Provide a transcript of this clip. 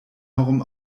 herum